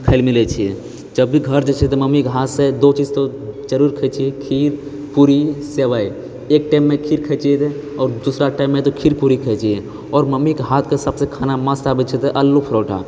खाय लऽ मिलैत छियै जब भी घर जाय छियै तऽ मम्मीके हाथसँ दो चीज तऽ जरुर खाइत छियै खीर पूरी सेवइ एक टाइममे खीर खाए छियै तऽ आओर दूसरा टाइममे तऽ खीर पूरी खाे छियै आओर मम्मीके हाथके सबसँ खाना मस्त आबैत छै तऽ आलू परोठा